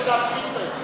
יצטרכו להפסיק בהם.